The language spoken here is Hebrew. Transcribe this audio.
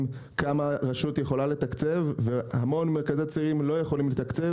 כמה רשות יכולה לתקצב והמון מרכזי צעירים לא יכולים לתקצב,